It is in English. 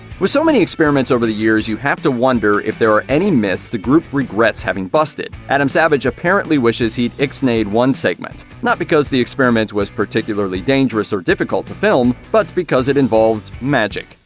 with so many experiments over the years, you have to wonder if there are any myths the group regrets having busted. adam savage apparently wishes he'd ixnayed one segment. not because the experiment was particularly dangerous or difficult to film, but because it involved. magic.